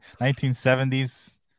1970s